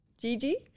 Gigi